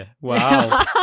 Wow